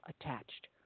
attached